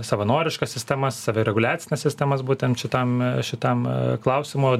savanoriškas sistemas savireguliacinės sistemas būtent šitam šitam klausimui